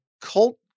cult